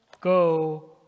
go